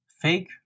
Fake